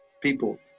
people